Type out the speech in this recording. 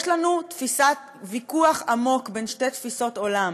יש לנו ויכוח עמוק בין שתי תפיסות עולם: